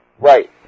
Right